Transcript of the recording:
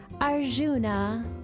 Arjuna